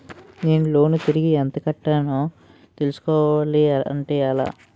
నేను లోన్ తిరిగి ఎంత కట్టానో తెలుసుకోవాలి అంటే ఎలా?